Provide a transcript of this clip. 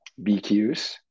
BQs